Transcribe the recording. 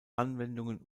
anwendungen